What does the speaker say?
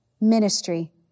ministry